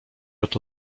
oto